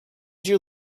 you